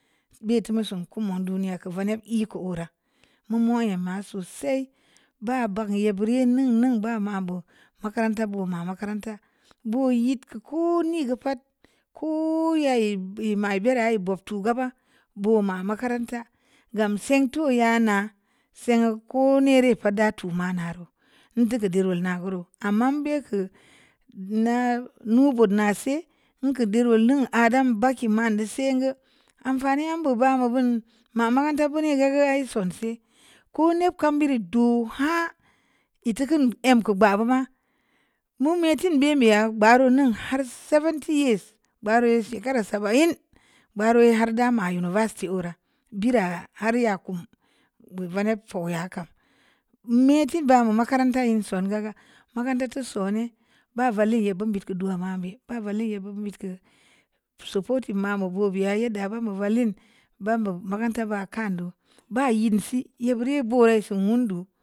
Be’ tu mu sunku mun daniya kə vanie’ koo’ rə mo'o’ mun ye ma sosai bagə ye buri nne nneŋ bama bu makaranta buma makaranta bue’ kut ko'o’ ne bu pat ko'o’ yal me'i berə boh tu gaba laima makaranta gam se'ng tun ya nasenga ku ne’ re’ pa da tu ma na reu nde diku de'r naru ama be’ ku na'a nu but na si nkə də reu loon ada ba'ki ma nde se’ ngə am fani yam bo'o’ ba mu vun ma makaranta buni ga ga’ sonsi koo’ nib kan biri do'o ha et tukun əm ko’ ba buma mu min tus bi b'i'a reu nun har seventy years bareu shakara saba'i'n bareu har da ma university ora bira har ya kumbu vank to'o’ ya kam mu tibamu makaranta e'e’ son gaga makarantatu sone’ ba vale’ ye’ bun birt ko’ dua mabe’ ba vale'yebu bit ko’ supporte’ mamuvo'o v'e'a dabu mu vale'n ba bun makaranta ba kan do’ ba ye'n si ye bureu vo'o'n siin do.